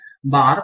सनी पर 005 हैं